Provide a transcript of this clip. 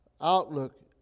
outlook